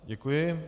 Děkuji.